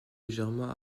légèrement